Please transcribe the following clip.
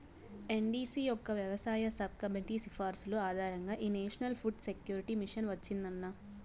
NDC యొక్క వ్యవసాయ sub committee సిఫార్సుల ఆధారంగా ఈ నేషనల్ ఫుడ్ సెక్యూరిటీ మిషన్ వచ్చిందన్న